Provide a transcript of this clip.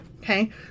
Okay